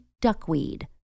duckweed